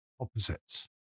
opposites